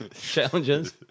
challenges